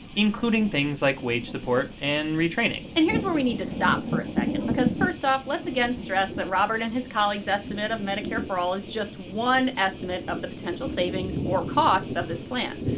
including things like wage support and retraining and here's where we need to stop for a second because, first off, let's again stress that robert and his colleagues' estimate of medicare for all is just one estimate of the potential savings or costs of this plan.